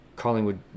Collingwood